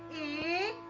e.